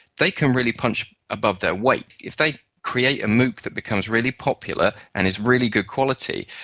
they can really punch above their weight. if they create a mooc that becomes really popular and is really good quality,